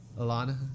Alana